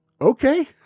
Okay